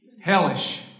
hellish